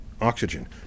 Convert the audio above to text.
oxygen